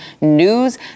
news